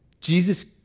Jesus